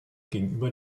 gegenüber